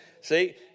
See